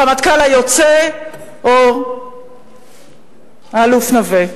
הרמטכ"ל היוצא או האלוף נוה.